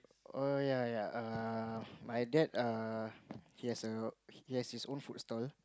err ya ya err my dad err he has a he has his own food stall